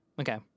Okay